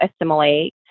assimilate